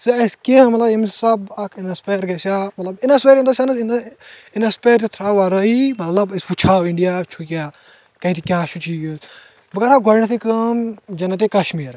ژٕ أسہِ کیٛنٚہہ مطلب یمہِ حساب اکھ اِنسپیر گژھِ ہا مطلب inspire in the science inspire تہِ تہا ورٲیی مطلب أسۍ وٕچھو اینڈیا چھُ کیاہ کتہِ کیاہ چھُ چیٖز بہٕ کرٕہا گۄڈنٮ۪تھٕے کٲم جنتِ کشمیر